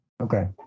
Okay